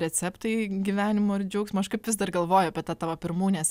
receptai gyvenimo ir džiaugsmo aš kaip vis dar galvoju apie tavo pirmūnės